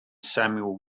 samuel